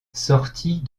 sortit